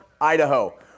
Idaho